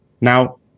Now